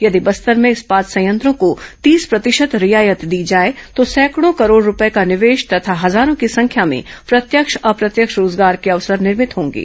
यदि बस्तर में इस्पात संयंत्रों को तीस प्रतिशत रियायत दी जाए तो सैकड़ों करोड़ रूपये का निवेश तथा हजारों की संख्या में प्रत्यक्ष अप्रत्यक्ष रोजगार के अवसर निर्मित होंगे